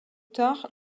tard